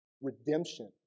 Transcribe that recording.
Redemption